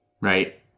right